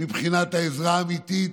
מבחינת העזרה האמיתית,